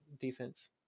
defense